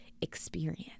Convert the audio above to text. experience